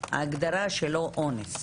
ההגדרה שלו אונס